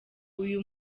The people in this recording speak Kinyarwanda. uyu